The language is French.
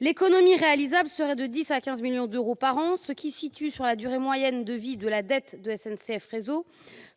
L'économie réalisable s'établirait entre 10 et 15 millions d'euros par an : sur la durée moyenne de vie de la dette de SNCF Réseau,